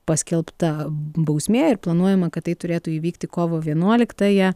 paskelbta bausmė ir planuojama kad tai turėtų įvykti kovo vienuoliktąją